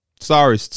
Sorry